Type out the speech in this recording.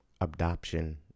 adoption